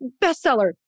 bestseller